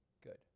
Good